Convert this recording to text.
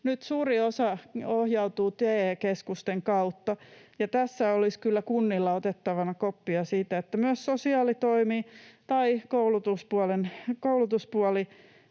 Nyt suuri osa ohjautuu TE-keskusten kautta, ja tässä olisi kyllä kunnilla otettavana koppia siitä, että myös sosiaalitoimessa tai koulutuspuolella,